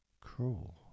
cruel